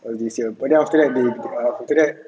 well this year but then after that they after that